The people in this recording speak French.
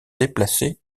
déplacée